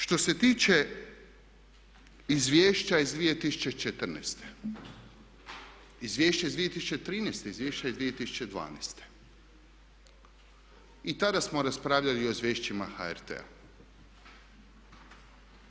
Što se tiče Izvješća iz 2014., Izvješća iz 2013., Izvješća iz 2012. i tada smo raspravljali o izvješćima HRT-a.